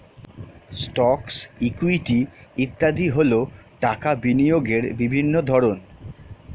stocks, equity ইত্যাদি হল টাকা বিনিয়োগের বিভিন্ন ধরন